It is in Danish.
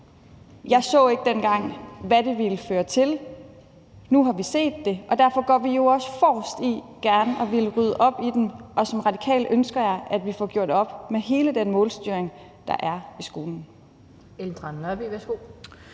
Jeg så ikke dengang, hvad det ville føre til. Nu har vi set det, og derfor går vi jo også forrest med hensyn til gerne at ville rydde op i det, og som radikal ønsker jeg, at vi får gjort op med hele den målstyring, der er i skolen.